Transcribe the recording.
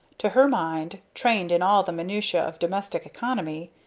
to her mind, trained in all the minutiae of domestic economy,